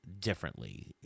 differently